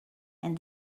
and